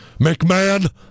McMahon